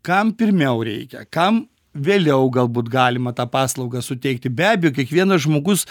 kam pirmiau reikia kam vėliau gal būt galima tą paslaugą suteikti be abejo kiekvienas žmogus